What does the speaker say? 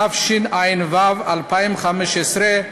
התשע"ו 2015,